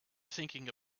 thinking